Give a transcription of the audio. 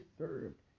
served